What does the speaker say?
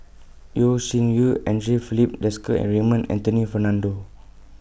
Yeo Shih Yun Andre Filipe Desker and Raymond Anthony Fernando